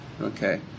okay